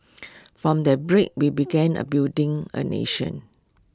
from that break we began A building A nation